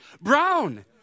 Brown